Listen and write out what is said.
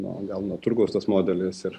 nu gal nuo turgaus tas modelis ir